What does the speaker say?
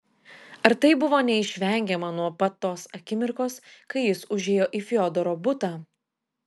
ar tai buvo neišvengiama nuo pat tos akimirkos kai jis užėjo į fiodoro butą